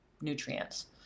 nutrients